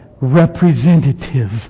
representative